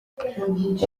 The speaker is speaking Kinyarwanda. umva